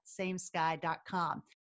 samesky.com